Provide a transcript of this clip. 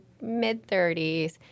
mid-30s